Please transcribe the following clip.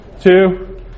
two